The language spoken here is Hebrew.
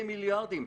במיליארדים.